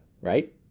Right